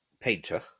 painter